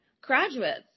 graduates